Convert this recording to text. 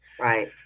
Right